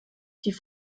die